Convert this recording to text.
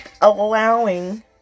allowing